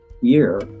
year